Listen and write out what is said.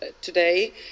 today